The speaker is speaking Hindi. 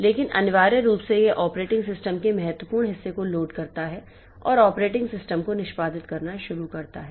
लेकिन अनिवार्य रूप से यह ऑपरेटिंग सिस्टम के महत्वपूर्ण हिस्से को लोड करता है और ऑपरेटिंग सिस्टम को निष्पादित करना शुरू कर देता है